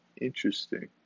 interesting